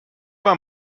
war